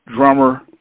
drummer